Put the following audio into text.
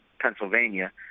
Pennsylvania